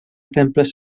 temples